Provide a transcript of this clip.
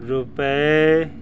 ਰੁਪਏ